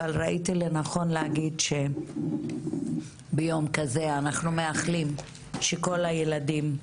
אבל ראיתי לנכון להגיד שביום כזה אנחנו מאחלים שכל הילדים,